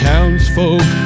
Townsfolk